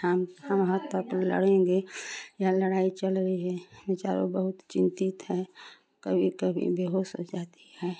हम हम हद तक लड़ेंगे या लड़ाई चल रई है बेचारो बहुत चिंतित हैं कभी कभी बेहोश हो जाती हैं